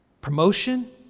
Promotion